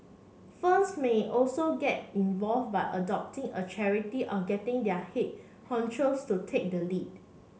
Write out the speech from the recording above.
firms may also get involve by adopting a charity or getting their head honchos to take the lead